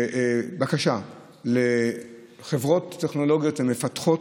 בקשה לחברות טכנולוגיות ומפתחות,